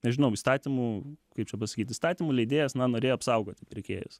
nežinau įstatymų kaip čia pasakyti įstatymų leidėjas na norėjo apsaugoti pirkėjus